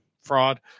fraud